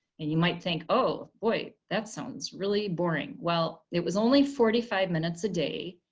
and you might think oh boy, that sounds really boring. well it was only forty five minutes a day.